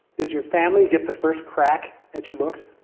does your family get the first crack at your books?